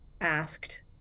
asked